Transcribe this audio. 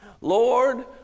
Lord